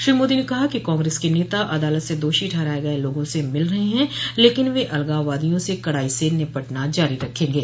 श्री मोदी ने कहा कि काग्रेस क नेता अदालत से दोषी ठहराये गये लोगों से मिल रहे हैं लेकिन वे अलगाववादियों से कड़ाई से निपटना जारी रखेंगे